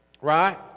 right